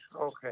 okay